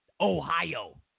Ohio